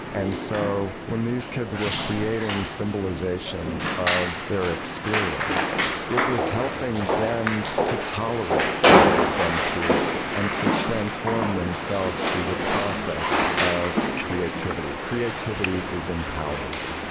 and so when these kids were creating symbolisations of their experience it was helping them to tolerate what they had been through and to transform themselves through the process of creativity. creativity is empowering,